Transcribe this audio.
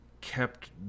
kept